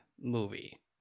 movie